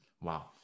Wow